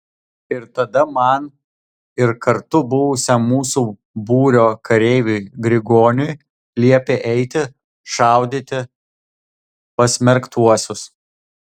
jis tada man ir kartu buvusiam mūsų būrio kareiviui grigoniui liepė eiti šaudyti pasmerktuosius